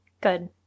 Good